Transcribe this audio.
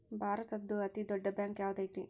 ಭಾರತದ್ದು ಅತೇ ದೊಡ್ಡ್ ಬ್ಯಾಂಕ್ ಯಾವ್ದದೈತಿ?